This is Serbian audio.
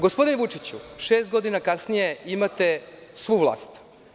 Gospodine Vučiću, šest godina kasnije imate svu vlast.